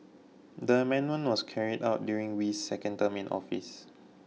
the amendment was carried out during Wee's second term in office